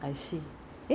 work from home